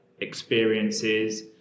experiences